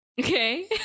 Okay